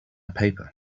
paper